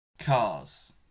Cars